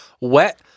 wet